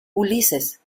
ulises